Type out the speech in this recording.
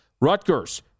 Rutgers